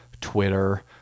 Twitter